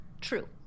True